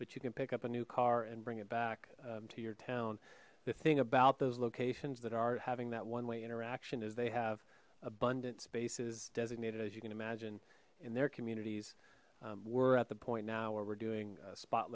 but you can pick up a new car and bring it back to your town the thing about those locations that are having that one way interaction is they have abundant spaces designated as you can imagine in their communities we're at the point now where we're doing spot